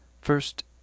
first